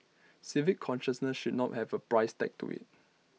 civic consciousness should not have A price tag to IT